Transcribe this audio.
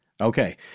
Okay